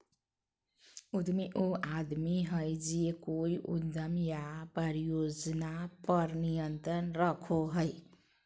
उद्यमी उ आदमी हइ जे कोय उद्यम या परियोजना पर नियंत्रण रखो हइ